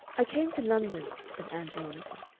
i came to london, said ann veronica,